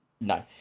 No